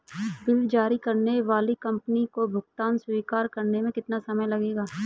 Bill जारी करने वाली कंपनी को भुगतान स्वीकार करने में कितना समय लगेगा?